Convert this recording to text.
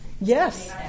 yes